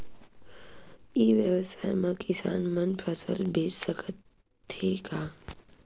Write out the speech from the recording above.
ई व्यवसाय म किसान मन फसल बेच सकथे का?